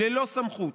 ללא סמכות,